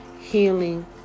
healing